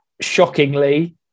Shockingly